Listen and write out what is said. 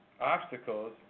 obstacles